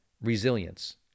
resilience